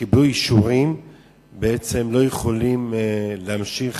שקיבלו אישורים בעצם לא יכולים להמשיך